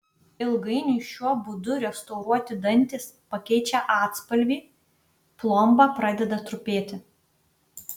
ilgainiui šiuo būdu restauruoti dantys pakeičia atspalvį plomba pradeda trupėti